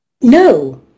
no